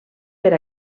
per